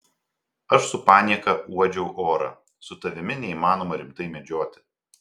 aš su panieka uodžiau orą su tavimi neįmanoma rimtai medžioti